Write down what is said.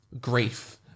grief